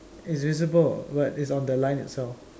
it's visible but it's on the line itself